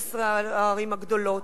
מתי היו פה ראשי הרשויות מ-15 הערים הגדולות?